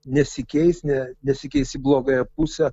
nesikeis ne nesikeis į blogąją pusę